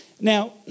Now